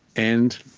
and